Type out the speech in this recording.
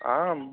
आम्